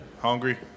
Hungry